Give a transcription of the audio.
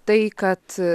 tai kad